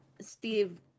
Steve